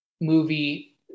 movie